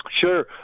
Sure